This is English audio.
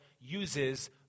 uses